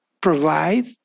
provide